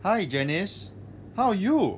hi janice how are you